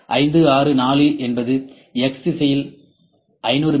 5 6 4 என்பது X திசையில் 500 மி